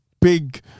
big